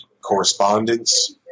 correspondence